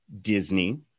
Disney